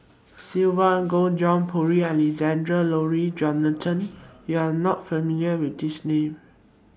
Sylvia Kho John Purvis Alexander Laurie Johnston YOU Are not familiar with These Names